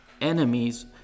enemies